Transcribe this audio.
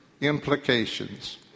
implications